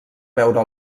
veure